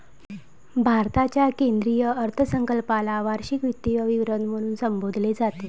भारताच्या केंद्रीय अर्थसंकल्पाला वार्षिक वित्तीय विवरण म्हणून संबोधले जाते